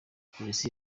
polisi